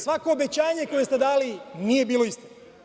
Svako obećanje koje ste dali, nije bilo isto.